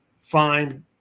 find